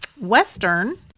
Western